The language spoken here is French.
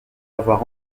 avoir